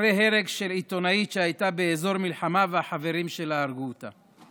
אחרי הרג של עיתונאית שהייתה באזור מלחמה והחברים שלה הרגו אותה.